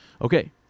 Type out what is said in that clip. Okay